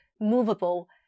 movable